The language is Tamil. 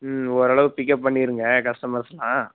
ம் ஓரளவு பிக்கப் பண்ணிடுங்க கஸ்டமர்ஸ்லாம்